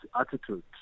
attitude